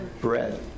bread